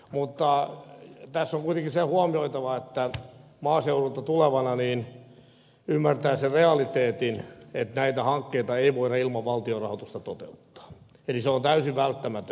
mutta tässä on kuitenkin se huomioitava että maaseudulta tulevana ymmärtää sen realiteetin että näitä hankkeita ei voida ilman valtion rahoitusta toteuttaa eli se on täysin välttämätön